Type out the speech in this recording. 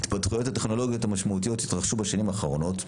ההתפתחויות הטכנולוגיות המשמעותיות שהתרחשו בשנים האחרונות,